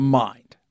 mind